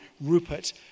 Rupert